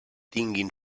tinguin